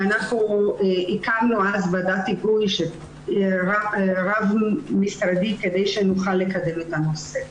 אנחנו הקמנו אז ועדת היגוי ועירבנו משרדים כדי שנוכל לקדם את הנושא.